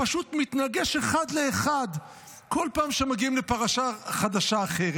פשוט מתנגש אחד לאחד בכל פעם כשמגיעים לפרשה חדשה אחרת.